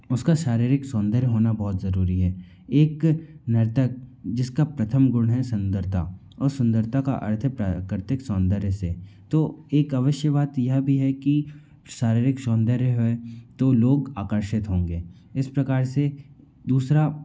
उसका शारीरिक सौंदर्य होना बहुत ज़रूरी है एक नृत्यक जिसका प्रथम गुण है सुंदरता औ सुंदरता का अर्थ है प्राकृतिक सौंदर्य से तो एक अवश्य बात यह भी है कि शारीरिक सौन्दर्य है तो लोग आकर्षित होंगे इस प्रकार से दूसरा